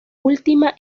última